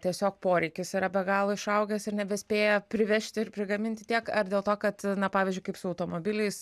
tiesiog poreikis yra be galo išaugęs ir nebespėja privežti ir prigaminti tiek ar dėl to kad na pavyzdžiui kaip su automobiliais